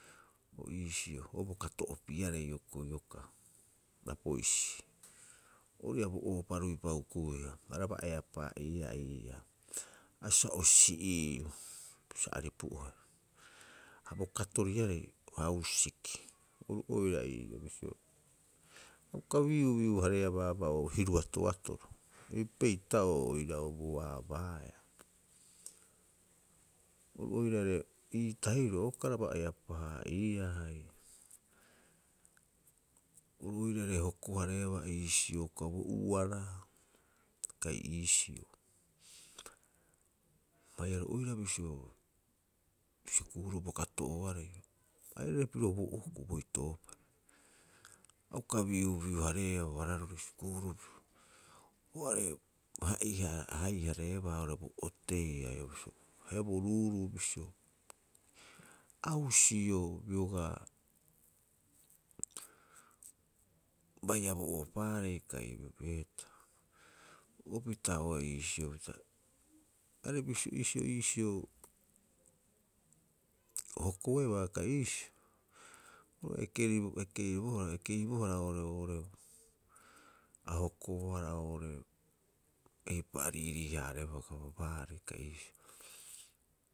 O iisio o bo kato'opiarei hioko'i iokaa, Rapoisi. Ori'ii'aa bo ohopa a rui'opa hukuia arabaa eapaa'iia ii'aa, ha o si'iiu sa aripu 'ohe ha bo katoriarei hausiki, oru oira ii; oo bisio, a uka biubiu- haareea baabaa oo hiruatoatoro epeita'oo oira'o boabaaea oru oira are ii tahirooa uka eapaaiia haia, oru oira are hoko- haarebaa iisio uka bo ubara kai iisio. Haia oru oira bisio, sikuuru bo kato'ooarei airaare pirio bo okuu boitoopai, a uka biubiu- hareea barororori sikurubiru o are ha'aa i- reebaa bo oteiai haia bo ru'uru'u bisio ausio bioga baia bo ohopaarei kai heetaa o pita'oea iisio pita are bisio- iisio iisio hokoebaa ka iisio o ekeri o ekeribohara e keibohara ore'oo oo'ore a hoko bobohara oo'ore eipa'oo a riirii- harareboroo baari kai iisio.